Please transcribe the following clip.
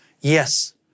Yes